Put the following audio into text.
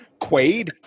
Quaid